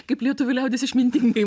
kaip lietuvių liaudis išmintingai